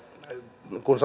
kun